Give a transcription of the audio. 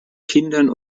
kindern